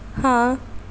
ਹਾਂ